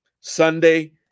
Sunday